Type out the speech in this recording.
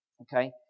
Okay